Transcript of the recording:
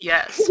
Yes